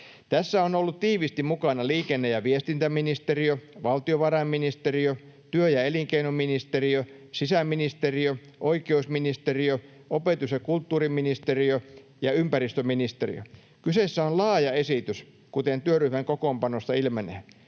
Tässä on ollut tiiviisti mukana liikenne- ja viestintäministeriö, valtiovarainministeriö, työ- ja elinkeinoministeriö, sisäministeriö, oikeusministeriö, opetus- ja kulttuuriministeriö ja ympäristöministeriö. Kyseessä on laaja esitys, kuten työryhmän kokoonpanosta ilmenee.